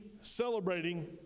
celebrating